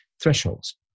thresholds